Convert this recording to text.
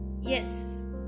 Yes